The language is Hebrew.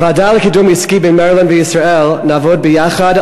בוועדה לקידום עסקי בין מרילנד לישראל נעבוד ביחד